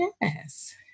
Yes